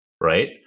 right